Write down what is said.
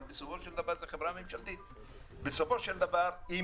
אבל בסופו של דבר זו חברה ממשלתית.